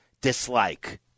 dislike